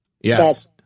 Yes